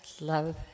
Love